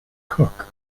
cook